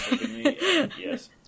yes